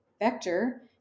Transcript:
vector